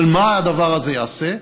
אבל מה הדבר הזה יעשה?